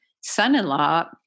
son-in-law